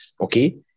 okay